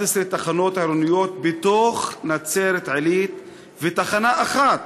11 תחנות עירוניות בתוך נצרת-עילית ותחנה אחת,